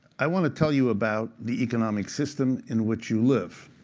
i want to tell you about the economic system in which you live.